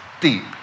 deep